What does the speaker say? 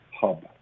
hub